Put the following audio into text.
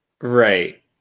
Right